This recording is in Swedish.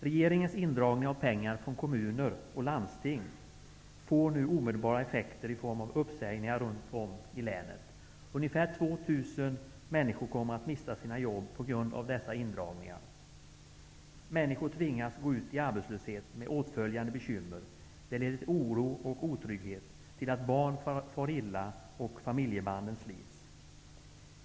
Regeringens indragning av pengar från kommuner och landsting får nu omedelbara effekter i form av uppsägningar runt om i länet. Ungefär 2 000 människor kommer att mista sina jobb på grund av dessa indragningar. Människor tvingas gå ut i arbetslöshet med åtföljande bekymmer, det leder till oro och otrygghet, till att barn far illa och till att familjebanden slits.